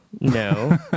No